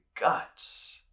guts